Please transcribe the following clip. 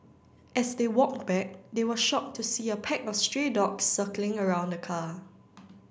as they walked back they were shocked to see a pack of stray dogs circling around the car